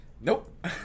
Nope